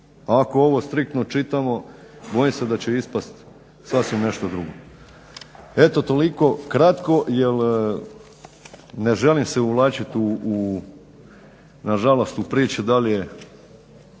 ako ovo striktno čitamo bojim se da će ispasti sasvim nešto drugo. Eto toliko kratko jel ne želim se uvlačiti nažalost u priču da li je